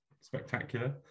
spectacular